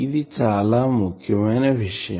ఇది చాలా ముఖ్యమైన విషయం